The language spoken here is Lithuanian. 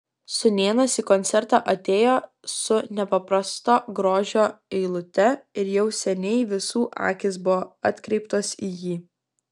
sūnėnas į koncertą atėjo su nepaprasto grožio eilute ir jau seniai visų akys buvo atkreiptos į jį